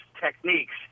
techniques –